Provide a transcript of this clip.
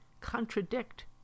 contradict